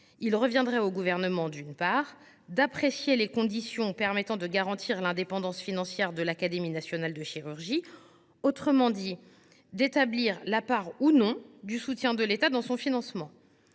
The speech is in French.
il reviendrait au Gouvernement d’apprécier les conditions permettant de garantir l’indépendance financière de l’Académie nationale de chirurgie, en d’autres termes d’établir la part ou non du soutien de l’État dans son financement.